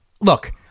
Look